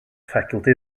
faculty